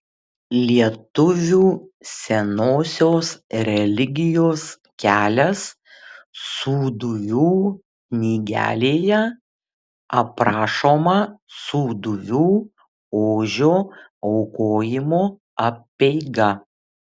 lietuvių senosios religijos kelias sūduvių knygelėje aprašoma sūduvių ožio aukojimo apeiga